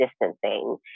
distancing